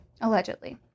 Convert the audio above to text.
Allegedly